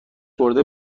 بردش